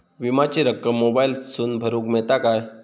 विमाची रक्कम मोबाईलातसून भरुक मेळता काय?